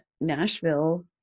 nashville